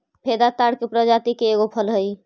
फेदा ताड़ के प्रजाति के एगो फल हई